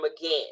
again